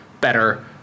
better